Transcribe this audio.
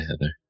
Heather